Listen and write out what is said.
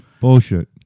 Bullshit